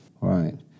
right